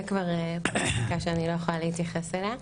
זה כבר פוליטיקה שאני לא יכולה להתייחס אליה.